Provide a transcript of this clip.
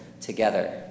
together